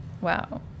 Wow